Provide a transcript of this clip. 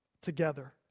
together